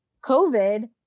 COVID